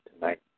tonight